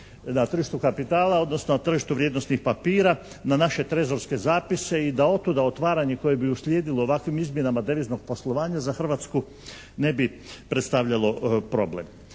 na tržištu kapitala, odnosno tržištu vrijednosnih papira na naše trezorske zapise i da od tuda otvaranje koje bi uslijedilo ovakvim izmjenama deviznog poslovanja za Hrvatsku ne bi predstavljalo problem.